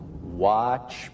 Watch